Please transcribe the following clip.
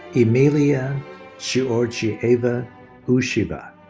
emiliya georgieva usheva.